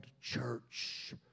church